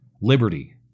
liberty